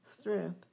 strength